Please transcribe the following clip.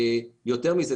יותר מזה,